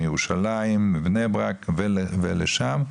ירושלים בני ברק ולשם,